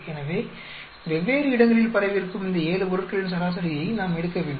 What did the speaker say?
எனவே வெவ்வேறு இடங்களில் பரவியிருக்கும் இந்த ஏழு பொருட்களின் சராசரியை நாம் எடுக்க வேண்டும்